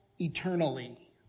eternally